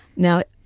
now,